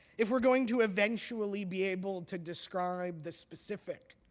if we're going to eventually be able to describe the specific,